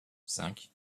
cinq